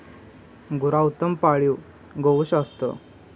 गुरा उत्तम पाळीव गोवंश असत